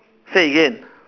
say again